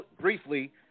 briefly